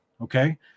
Okay